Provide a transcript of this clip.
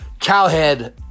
cowhead